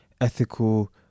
ethical